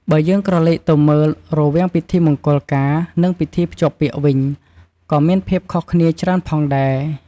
បើយើងក្រឡេកទៅមើល រវាងពិធីមង្គលការ និងពិធីភ្ជាប់ពាក្យវិញ ក៏មានភាពខុសគ្នាច្រើនផងដែរ។